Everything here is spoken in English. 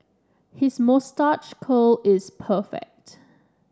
his moustache curl is perfect